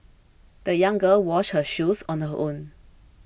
the young girl washed her shoes on her own